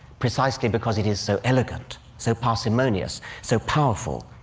precisely because it is so elegant, so parsimonious, so powerful,